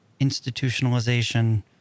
institutionalization